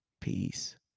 Peace